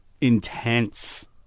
intense